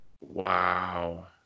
Wow